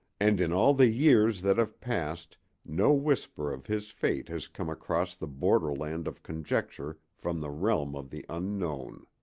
and in all the years that have passed no whisper of his fate has come across the borderland of conjecture from the realm of the unknown.